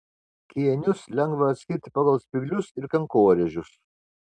kėnius lengva atskirti pagal spyglius ir kankorėžius